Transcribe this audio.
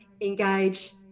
engage